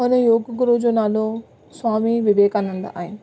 हुन योग गुरू जो नालो स्वामी विवेकानंद आहिनि